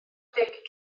deg